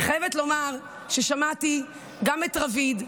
אני חייבת לומר ששמעתי גם את רביד,